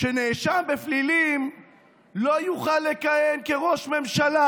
שנאשם בפלילים לא יוכל לכהן כראש ממשלה,